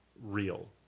real